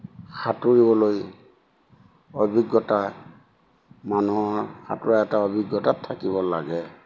সাঁতুৰিবলৈ অভিজ্ঞতা মানুহৰ সাঁতোৰা এটা অভিজ্ঞতা থাকিব লাগে